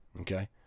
okay